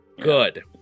Good